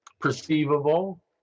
perceivable